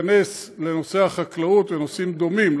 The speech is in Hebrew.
ייכנס לנושא החקלאות ונושאים דומים,